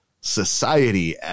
society